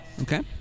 Okay